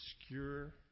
Obscure